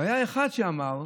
והיה אחד שאמר: